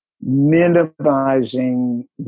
minimizing